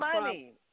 money